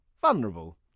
vulnerable